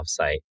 offsite